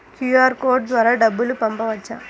QR code ద్వారా డబ్బులు పంపవచ్చా?